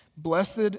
Blessed